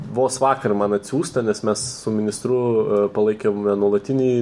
vos vakar man atsiųstą nes mes su ministru palaikėme nuolatinį